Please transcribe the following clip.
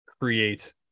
create